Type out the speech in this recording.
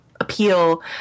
appeal